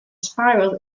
spiral